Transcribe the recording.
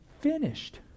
Finished